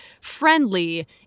friendly